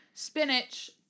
Spinach